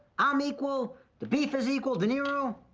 um equal, the beef is equal, de niro.